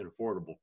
affordable